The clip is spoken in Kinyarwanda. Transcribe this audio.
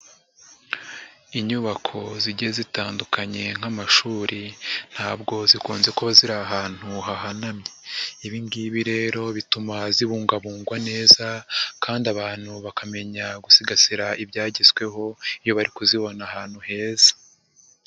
Inyubako zigiye zitandukanye nk'amashuri, ntabwo zikunze kuba ziri ahantu hahanamye. Ibi ngibi rero bituma zibungabungwa neza kandi abantu bakamenya gusigasira ibyagezweho, iyo bari kuzibona ahantu heza.